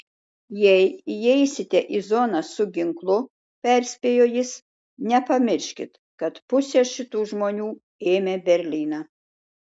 jei įeisite į zoną su ginklu perspėjo jis nepamirškit kad pusė šitų žmonių ėmė berlyną